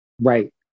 right